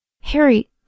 Harry